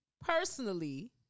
personally